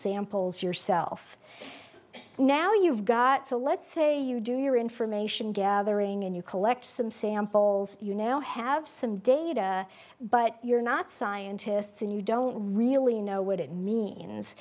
samples yourself now you've got to let's say you do your information gathering and you collect some samples you now have some data but you're not scientists and you don't really know what it means